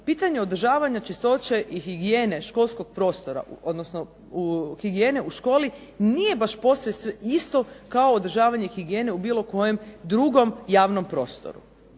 pitanje održavanja čistoće i higijene školskog prostora, odnosno u higijene u školi, nije baš posve isto kao održavanje higijene u nekom drugom javnom prostoru.